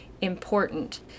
important